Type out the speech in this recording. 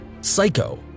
Psycho